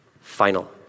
final